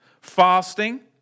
fasting